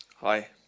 Hi